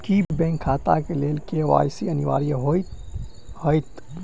की bank खाता केँ लेल के.वाई.सी अनिवार्य होइ हएत?